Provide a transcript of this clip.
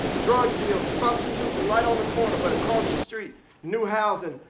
drug deals, prostitution right on the corner. but across the street new housing,